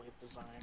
design